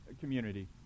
community